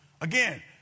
Again